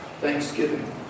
thanksgiving